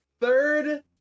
third